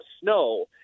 snow